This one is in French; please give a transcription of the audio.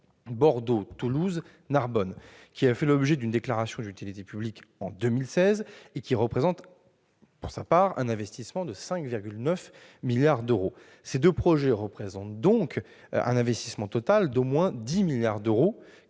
Bordeaux-Toulouse-Narbonne, qui a fait l'objet d'une déclaration d'utilité publique en 2016, représente quant à elle un investissement de 5,9 milliards d'euros. Ces deux projets nécessiteraient donc un investissement total d'au moins 10 milliards d'euros,